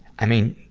i mean,